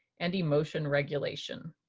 and emotion regulation.